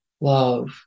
love